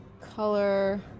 color